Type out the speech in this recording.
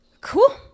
cool